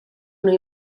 una